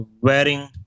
wearing